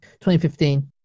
2015